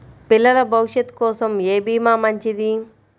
పిల్లల భవిష్యత్ కోసం ఏ భీమా మంచిది?